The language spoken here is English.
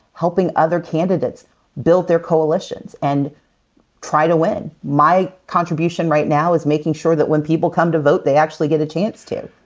helping other candidates build their coalitions and try to win. my contribution right now is making sure that when people come to vote, they actually get a chance to.